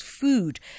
food